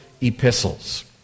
epistles